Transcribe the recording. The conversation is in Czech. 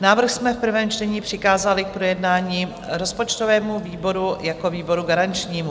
Návrh jsme v prvém čtení přikázali k projednání rozpočtovému výboru jako výboru garančnímu.